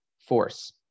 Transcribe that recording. force